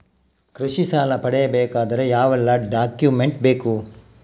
ಕೃಷಿ ಸಾಲ ಪಡೆಯಬೇಕಾದರೆ ಯಾವೆಲ್ಲ ಡಾಕ್ಯುಮೆಂಟ್ ಬೇಕು?